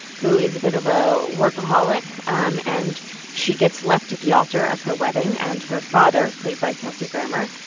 who is a bit of a workaholic. um and she gets left at the altar of her wedding. and her father, played by kelsey grammer,